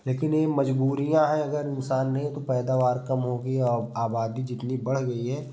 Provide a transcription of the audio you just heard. लेकिन ये मजबूरियाँ है अगर इंसान नहीं है तो पैदावार कम होगी और आबादी जितनी बाढ़ गई है